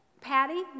Patty